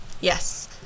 Yes